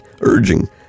urging